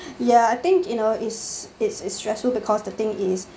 ya I think you know it's it's it's stressful because the thing is